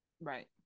Right